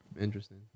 Interesting